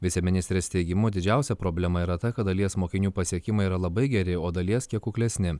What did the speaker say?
viceministrės teigimu didžiausia problema yra ta kad dalies mokinių pasiekimai yra labai geri o dalies kiek kuklesni